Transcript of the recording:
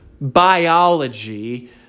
biology